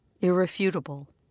irrefutable